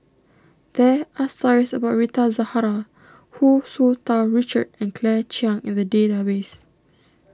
there are stories about Rita Zahara Hu Tsu Tau Richard and Claire Chiang in the database